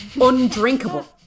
undrinkable